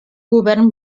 govern